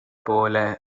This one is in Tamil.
போல